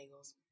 bagels